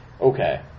okay